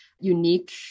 unique